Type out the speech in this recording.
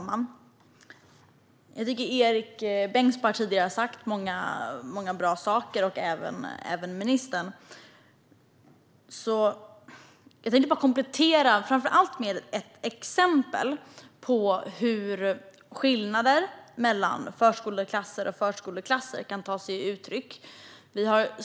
Fru talman! Erik Bengtzboe och även ministern har sagt många bra saker här. Jag tänkte bara komplettera, framför allt med ett exempel på hur skillnader mellan förskoleklasser och förskoleklasser kan ta sig uttryck.